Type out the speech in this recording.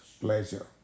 pleasure